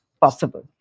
possible